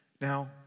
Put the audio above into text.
Now